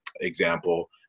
example